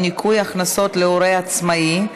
ניכוי הכנסות להורה עצמאי),